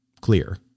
clear